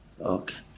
Okay